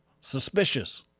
suspicious